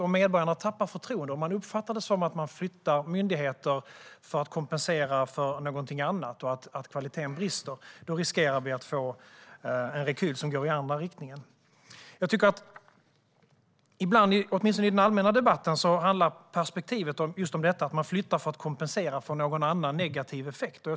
Om medborgarna tappar förtroendet och uppfattar det som att myndigheter flyttas för att kompensera för något annat och att kvaliteten brister riskerar vi att få en rekyl som går i den andra riktningen. Jag tycker att perspektivet ibland, åtminstone i den allmänna debatten, handlar om att man flyttar för att kompensera för en annan negativ effekt.